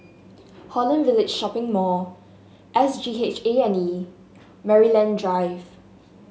Holland Village Shopping Mall S G H A and E Maryland Drive